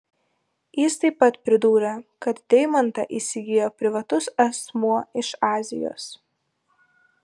jis taip pat pridūrė kad deimantą įsigijo privatus asmuo iš azijos